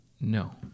No